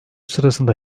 sırasında